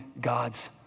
God's